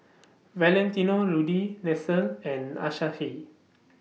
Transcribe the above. Valentino Rudy Nestle and Asahi